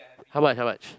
how much how much